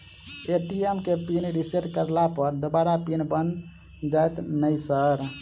ATM केँ pin reset करला पर दोबारा पिन बन जाइत नै सर?